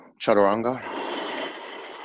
chaturanga